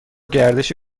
گردش